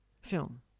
film